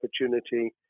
opportunity